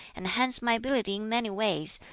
and hence my ability in many ways,